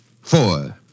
Four